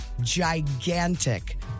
gigantic